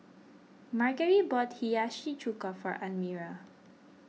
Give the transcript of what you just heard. Margery bought Hiyashi Chuka for Almyra